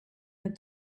had